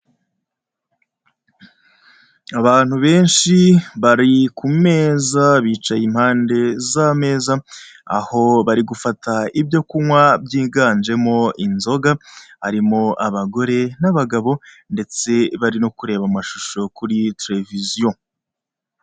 Abantu benshi bari ku meza, bicaye impande z'ameza, aho bari gufata ibyo kunywa byiganjemo inzoga, harimo abagore n'abagabo ndetse bari no kureba amashusho kuri televiziyo.